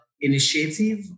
initiative